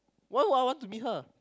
why would I want to meet her